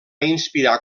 inspirar